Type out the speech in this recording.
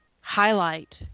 highlight